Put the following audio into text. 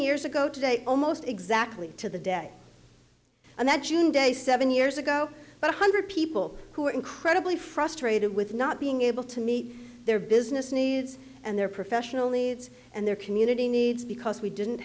years ago today almost exactly to the day on that june day seven years ago but a hundred people who are incredibly frustrated with not being able to meet their business needs and their professional lives and their community needs because we didn't